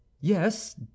yes